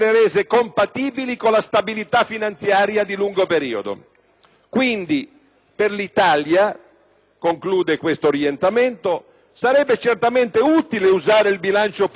conclude questo orientamento